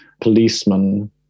policemen